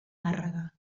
tàrrega